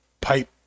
pipe